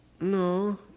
No